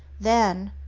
then,